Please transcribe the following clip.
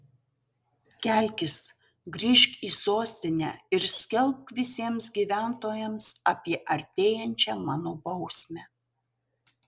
kelkis grįžk į sostinę ir skelbk visiems gyventojams apie artėjančią mano bausmę